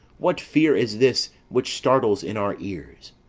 what fear is this which startles in our ears?